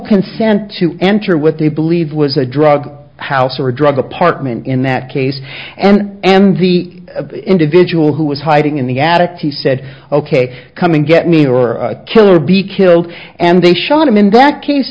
consent to enter what they believe was a drug house or a drug apartment in that case and and the individual who was hiding in the attic he said ok coming get me or kill or be killed and they shot him in that case